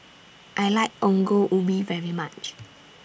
I like Ongol Ubi very much